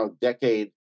decade